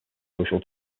social